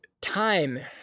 time